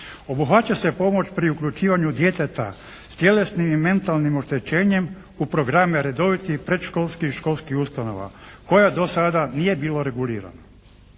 Obuhvaća se pomoć pri uključivanju djeteta s tjelesnim i mentalnim oštećenjem u programe redovitih predškolskih i školskih ustanova koja do sada nije bilo regulirano.